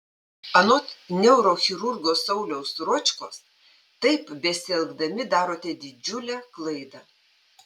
anot neurochirurgo sauliaus ročkos taip besielgdami darote didžiulę klaidą